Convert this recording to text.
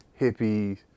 hippies